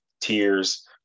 tears